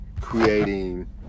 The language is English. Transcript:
creating